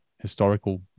historical